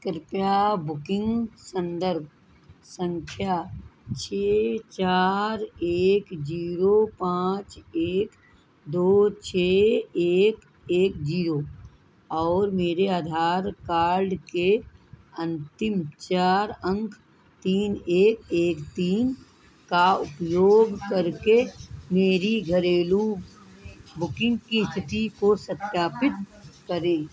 कृपया बुकिन्ग सन्दर्भ सँख्या छह चार एक ज़ीरो पाँच एक दो छह एक एक ज़ीरो और मेरे आधार कार्ड के अन्तिम चार अंक तीन एक एक तीन का उपयोग करके मेरी घरेलू बुकिन्ग की इस्थिति को सत्यापित करें